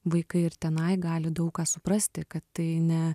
vaikai ir tenai gali daug ką suprasti kad tai ne